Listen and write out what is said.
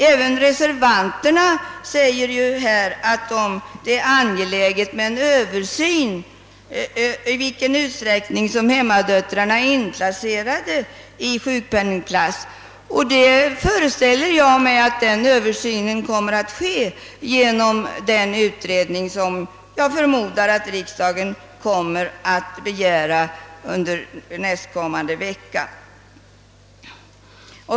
Även reservanterna anser det vara angeläget att få undersökt i vilken utsträckning hemmadöttrarna är inplacerade i sjukpenningklass, och jag antar att den saken skall bli klarlagd genom den utredning som jag förmodar att riksdagen kommer att begära under nästkommande vecka.